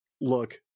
look